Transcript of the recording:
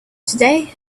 today